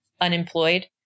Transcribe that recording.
unemployed